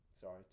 Sorry